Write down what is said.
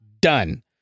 done